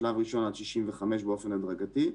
בשלב ראשון עד 65 באופן הדרגתי,